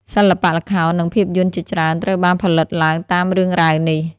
សិល្បៈល្ខោន និងភាពយន្តជាច្រើនត្រូវបានផលិតឡើងតាមរឿងរ៉ាវនេះ។